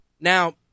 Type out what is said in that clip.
Now